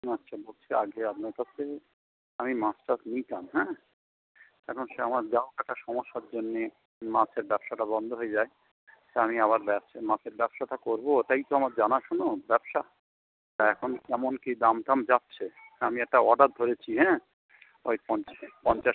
আচ্ছা বলছি আগে আপনার কাছ থেকে আমি মাছ টাছ নিতাম হ্যাঁ এখন সে আমার যা হোক একটা সমস্যার জন্যে মাছের ব্যবসাটা বন্ধ হয়ে যায় তা আমি আবার ব্যবসা মাছের ব্যবসাটা করবো ওটাই তো আমার জানাশুনো ব্যবসা তা এখন কেমন কী দাম টাম যাচ্ছে আমি একটা অর্ডার ধরেছি হ্যাঁ ওই পঞ্চাশ পঞ্চাশ